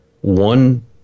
one